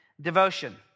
devotion